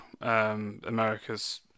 America's